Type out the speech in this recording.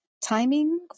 timing